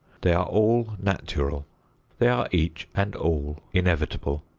they are all natural they are each and all inevitable.